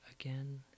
again